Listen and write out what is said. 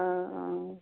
অঁ অঁ